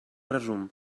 resum